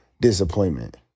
disappointment